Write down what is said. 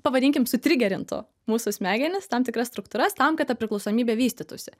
pavadinkim sutrigerintų mūsų smegenis tam tikras struktūras tam kad ta priklausomybė vystytųsi